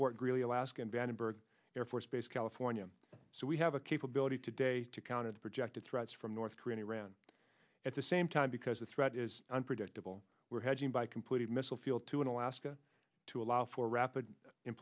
fort greely alaska and vandenberg air force base california so we have a capability today to counter the projected threats from north korea iran at the same time because the threat is unpredictable we're hedging by completed missile field to an alaska to allow for rapid